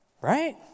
Right